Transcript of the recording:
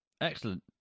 Excellent